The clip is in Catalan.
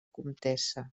comtessa